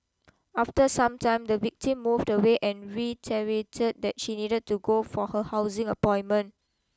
after some time the victim moved away and reiterated that she needed to go for her housing appointment